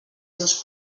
seus